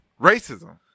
Racism